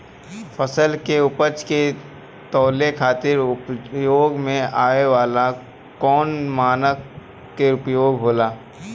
फसल के उपज के तौले खातिर उपयोग में आवे वाला कौन मानक के उपयोग होला?